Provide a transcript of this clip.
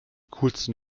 coolsten